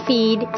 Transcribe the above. Feed